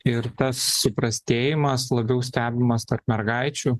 ir tas suprastėjimas labiau stebimas tarp mergaičių